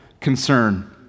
Concern